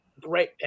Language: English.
great